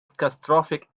catastrophic